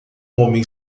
homem